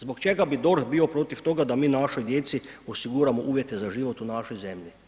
Zbog čega bi DORH bio protiv toga da mi našoj djeci osiguramo uvjete za život u našoj zemlji?